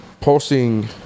posting